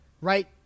Right